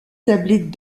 sablés